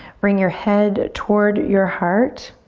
bring your head toward your heart.